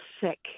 sick